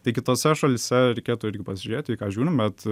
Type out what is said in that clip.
tai kitose šalyse reikėtų irgi psižiūrėti į ką žiūrim bet